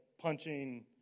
punching